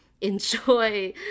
enjoy